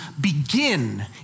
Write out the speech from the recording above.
begin